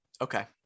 Okay